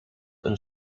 een